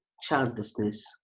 childlessness